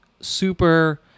super